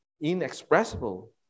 Inexpressible